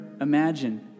imagine